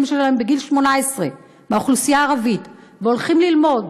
שלהם בגיל 18 באוכלוסייה הערבית והולכים ללמוד,